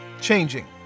changing